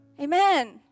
Amen